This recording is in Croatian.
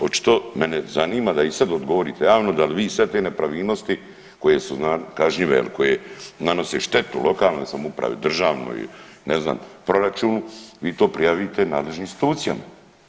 Očito mene zanima da i sada odgovorite javno da li vi sve te nepravilnosti koje su kažnjive koje nanose štetu lokalnoj samoupravi, državnoj, proračunu vi to prijavite nadležnim institucijama.